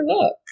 look